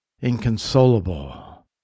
inconsolable